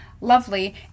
lovely